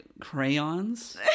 Crayons